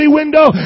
window